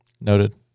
Noted